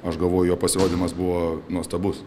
aš galvoju jo pasirodymas buvo nuostabus